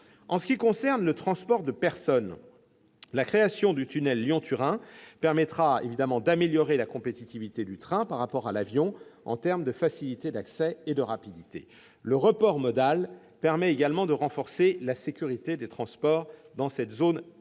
En ce qui concerne le transport de personnes, la création du tunnel Lyon-Turin améliorera la compétitivité du train par rapport à l'avion en termes de facilité d'accès et de rapidité. Le report modal permet également de renforcer la sécurité des transports dans cette zone transalpine.